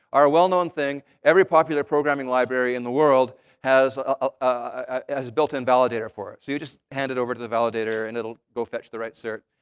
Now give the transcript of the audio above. are a well-known thing. every popular programming library in the world has a built-in validator for it. so you just hand it over to the validator. and it'll go fetch the right cert.